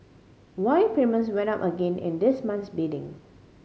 why premiums went up again in this month's bidding